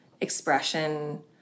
expression